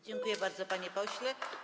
Dziękuję bardzo, panie pośle.